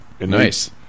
Nice